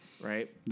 Right